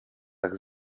tak